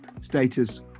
status